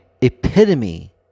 epitome